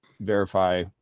verify